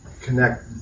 connect